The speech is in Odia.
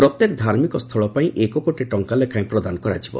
ପ୍ରତ୍ୟେକ ଧାର୍ମିକ ସ୍ଚଳପାଇଁ ଏକକୋଟି ଟଙ୍ଙା ଲେଖାଏଁ ପ୍ରଦାନ କରାଯିବ